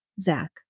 Zach